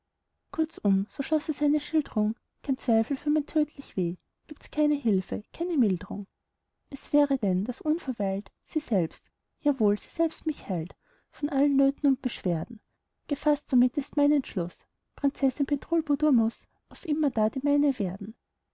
kurzum so schloß er seine schildrung kein zweifel für mein tödlich weh gibt's keine hilfe keine mildrung es wäre denn daß unverweilt sie selbst jawohl sie selbst mich heilt von allen nöten und beschwerden gefaßt somit ist mein entschluß prinzessin bedrulbudur muß auf immerdar die meine werden